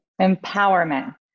Empowerment